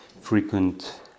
frequent